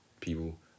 people